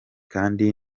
kandi